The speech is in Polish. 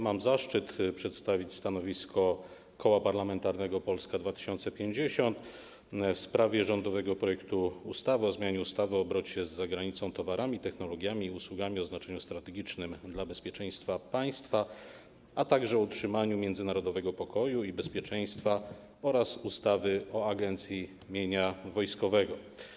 Mam zaszczyt przedstawić stanowisko Koła Parlamentarnego Polska 2050 w sprawie rządowego projektu ustawy o zmianie ustawy o obrocie z zagranicą towarami, technologiami i usługami o znaczeniu strategicznym dla bezpieczeństwa państwa, a także dla utrzymania międzynarodowego pokoju i bezpieczeństwa oraz ustawy o Agencji Mienia Wojskowego.